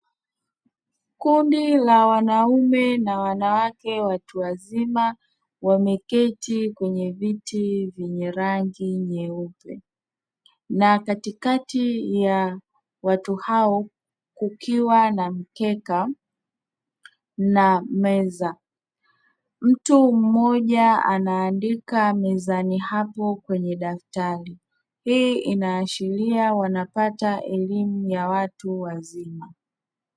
Kundi la wanaume na wanawake watu wazima, wameketi kwenye viti vyenye rangi nyeupe na katikati ya watu hao kukiwa na mkeka na meza. Mtu mmoja anaandika mezani hapo kwenye daftari. Hii inaashiria wanapata elimu ya watu wazima.